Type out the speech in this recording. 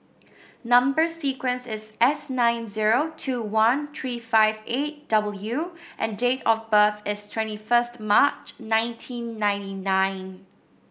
number sequence is S nine zero two one three five eight W and date of birth is twenty first March nineteen ninety nine